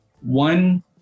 one